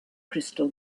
crystal